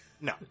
No